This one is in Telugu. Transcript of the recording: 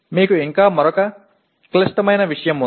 మీకు ఇంకా మరొక క్లిష్టమైన విషయం ఉంది